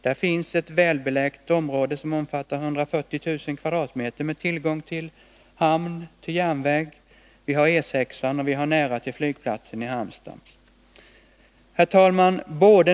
Där finns ett välbeläget område som omfattar 140 000 kvadratmeter med tillgång till hamn och järnväg, vi har E6 och nära till flygplatsen i Halmstad. Herr talman!